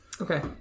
Okay